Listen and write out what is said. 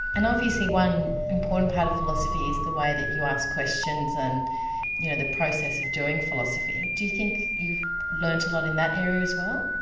and obviously one important part of philosophy is the way that you ask questions and you know the process of doing philosophy. do you think you've learnt a lot in that area as well?